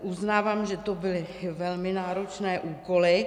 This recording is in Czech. Uznávám, že to byly velmi náročné úkoly.